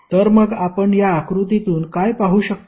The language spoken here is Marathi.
तर मग आपण या आकृतीतून काय पाहू शकतो